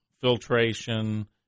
filtration